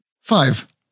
Five